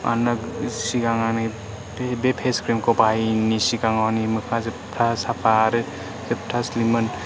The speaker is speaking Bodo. मानोना सिगां आंनि बे फेस क्रिमखौ बाहायैनि सिगां आंनि मोखाङा जोबथा साफा आरो जोबथा स्लिममोन